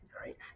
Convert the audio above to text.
right